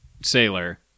sailor